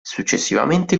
successivamente